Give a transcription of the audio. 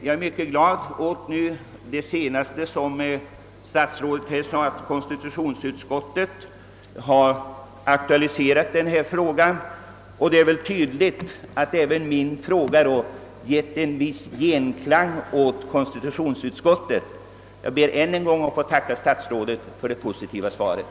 Jag är mycket glad över statsrådets meddelande att konstitutionsutskottet nyligen tagit upp frågan; det är tydligt att min fråga givit en viss genklang där. Jag ber ännu en gång att få tacka statsrådet för det positiva svaret.